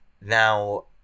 Now